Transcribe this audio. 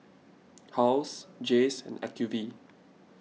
Halls Jays and Acuvue